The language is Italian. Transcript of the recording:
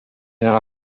nella